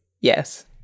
Yes